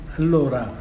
allora